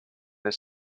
its